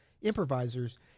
improvisers